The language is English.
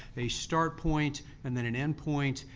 a start point and then an end point,